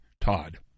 Todd